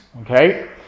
okay